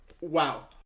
Wow